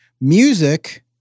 music